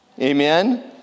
Amen